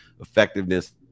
effectiveness